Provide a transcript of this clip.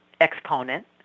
exponent